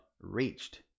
reached